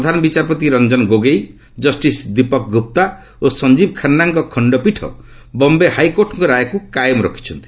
ପ୍ରଧାନବିଚାରପତି ରଞ୍ଜନ ଗୋଗେଇ ଜଷ୍ଟିସ ଦୀପକ ଗୁପ୍ତା ଓ ସଞ୍ଜୀବ ଖାନ୍ଦାଙ୍କ ଖଣ୍ଡପୀଠ ବମ୍ଧେ ହାଇକୋର୍ଟଙ୍କ ରାୟକ୍ତ କାଏମ ରଖିଛନ୍ତି